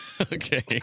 Okay